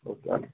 okay అండి